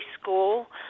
school